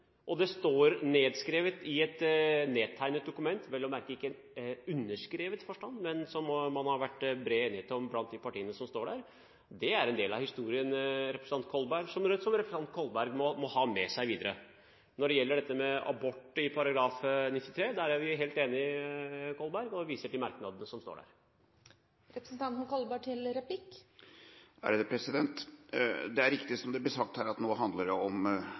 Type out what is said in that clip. og det står nedskrevet i et dokument, vel å merke ikke i underskrevet stand, men som det har vært bred enighet om blant de partiene som er nevnt der – er en del av historien som representanten Kolberg må ha med seg videre. Når det gjelder dette med abort og § 93, er vi helt enige, og jeg viser til merknadene som står der. Det er riktig, som det blir sagt, at nå handler det om